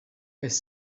his